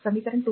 समीकरण 2